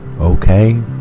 Okay